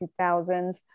2000s